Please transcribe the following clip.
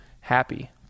happy